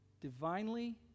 divinely